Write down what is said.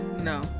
No